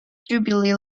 jubilee